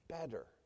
better